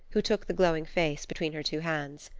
who took the glowing face between her two hands.